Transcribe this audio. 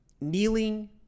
kneeling